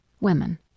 Women